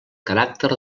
caràcter